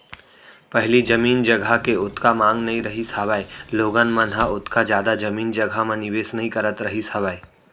पहिली जमीन जघा के ओतका मांग नइ रहिस हावय लोगन मन ह ओतका जादा जमीन जघा म निवेस नइ करत रहिस हावय